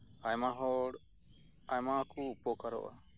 ᱟᱭᱢᱟᱦᱚᱲ ᱟᱭᱢᱟᱠ ᱩᱯᱚᱠᱟᱨᱚᱜᱼᱟ